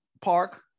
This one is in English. park